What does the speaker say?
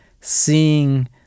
seeing